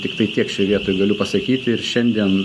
tik tai tiek šioj vietoj galiu pasakyti ir šiandien